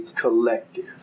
collective